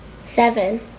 Seven